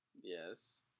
Yes